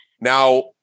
Now